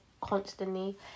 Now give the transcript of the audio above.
constantly